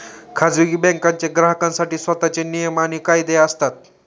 खाजगी बँकांचे ग्राहकांसाठी स्वतःचे नियम आणि कायदे असतात